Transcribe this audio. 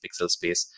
pixelspace